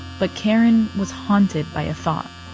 but karen was haunted by a thought